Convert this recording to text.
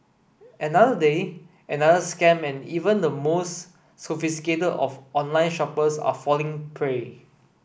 another day another scam and even the most sophisticated of online shoppers are falling prey